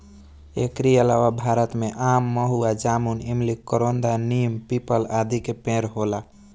एकरी अलावा भारत में आम, महुआ, जामुन, इमली, करोंदा, नीम, पीपल, आदि के पेड़ होला